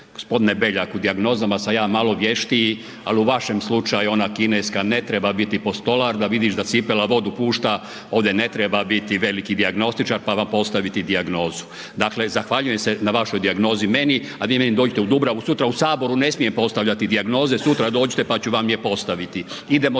Gospodine Beljak, u dijagnozama sam ja malo vještiji ali u vašem slučaju ona kineska ne treba biti postolar da vidiš da cipela vodu pušta, ovdje ne treba biti veliki dijagnostičar pa vam postaviti dijagnozu. Dakle zahvaljujem se na vašoj dijagnozi meni a vi meni dođite u Dubravu sutra, u Saboru ne smijem postavljati dijagnoze, sutra dođite pa ću vam je postaviti.